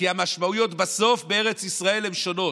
כי בסוף המשמעויות בארץ ישראל הן שונות,